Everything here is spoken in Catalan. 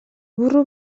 burro